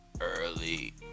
early